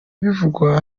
bivugwa